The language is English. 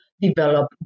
develop